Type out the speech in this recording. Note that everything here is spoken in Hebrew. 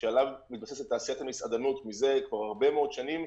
שעליו מתבססת תעשיית המסעדנות כבר הרבה מאוד שנים,